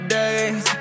days